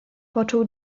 poczuł